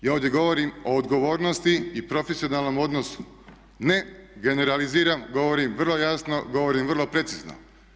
Ja ovdje govorim o odgovornosti i profesionalnom odnosu, ne generaliziram govorim vrlo jasno, govorim vrlo precizno.